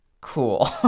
cool